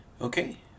Okay